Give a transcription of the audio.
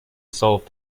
solved